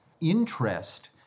interest